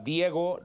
Diego